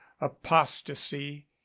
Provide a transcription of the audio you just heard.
apostasy